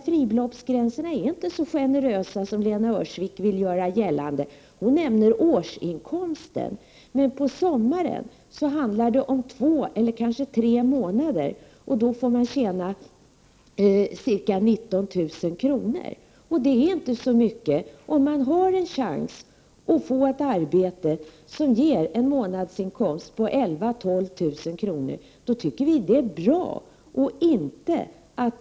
Fribeloppsgränserna är inte så generösa som Lena Öhrsvik vill göra gällande. Hon nämner årsinkomsten. Men på sommaren handlar det om två eller kanske tre månader, och då får man tjäna ca 19 000 kr. Det är inte så mycket. Om man har en chans att få ett arbete som ger en månadsinkomst på 11 000-12 000 kr., tycker vi att det är bra.